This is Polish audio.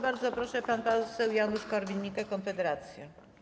Bardzo proszę, pan poseł Janusz Korwin-Mikke, Konfederacja.